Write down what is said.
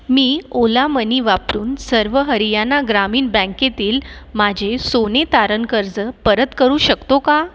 मी Ola Money वापरून सर्व हरियाना ग्रामीण बँकेतील माझे सोने तारण कर्ज परत करू शकतो का